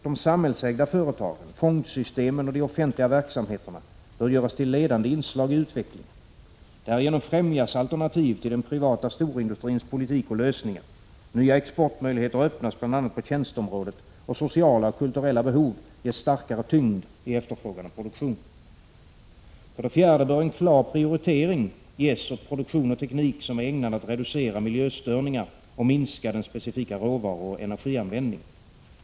De samhällsägda företagen, fondsystemen och de offentliga verksamheterna bör göras till ledande inslag i utvecklingen. Därigenom främjas alternativ till den privata storindustrins politik och lösningar, nya exportmöjligheter öppnas på bl.a. tjänsteområdet, och sociala och kulturella behov ges större tyngd i efterfrågan och produktion. 4. En klar prioritering bör ges åt produktion och teknik, som är ägnad att reducera miljöstörningar och minska den specifika råvaruoch energianvändningen.